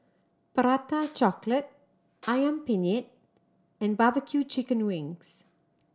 Prata Chocolate Ayam Penyet and barbecue chicken wings